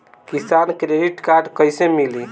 किसान credit card कइसे मिली?